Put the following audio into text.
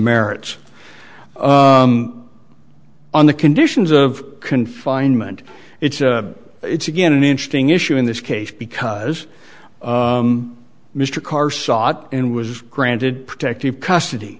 merits on the conditions of confinement it's a it's again an interesting issue in this case because mr karr sought and was granted protective custody